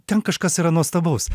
ten kažkas yra nuostabaus